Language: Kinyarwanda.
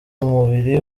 umubiri